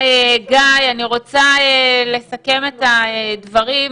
אסכם את הדברים: